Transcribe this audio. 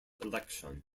election